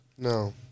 No